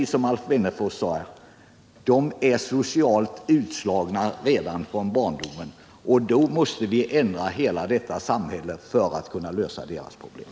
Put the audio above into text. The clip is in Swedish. Som Alf Wennerfors sade är många socialt utslagna redan från barndomen. Då måste vi ändra hela samhället för att kunna lösa deras problem.